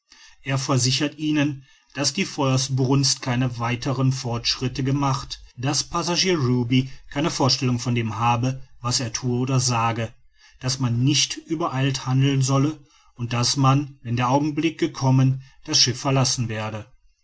er versichert ihnen daß die feuersbrunst keine weiteren fortschritte gemacht daß passagier ruby keine vorstellung von dem habe was er thue oder sage daß man nicht übereilt handeln solle und daß man wenn der augenblick gekommen das schiff verlassen werde